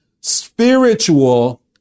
Spiritual